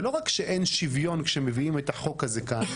זה לא רק שאין שוויון כשמביאים את החוק הזה לכאן.